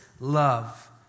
Love